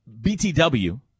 BTW